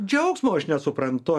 džiaugsmo aš nesuprantu